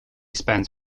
spends